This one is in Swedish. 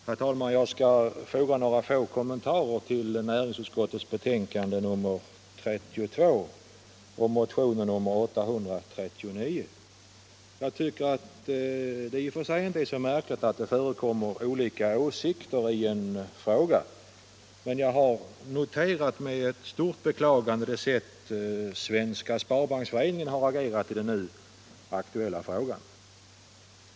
Herr talman! Jag skall foga några få kommentarer till näringsutskottets betänkande nr 32 och motionen 839. Jag tycker att det i och för sig inte är så märkligt att det förekommer olika åsikter i en fråga, men jag har med ett stort beklagande noterat det sätt som Svenska sparbanksföreningen har agerat på i den nu aktuella frågan.